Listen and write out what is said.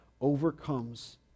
overcomes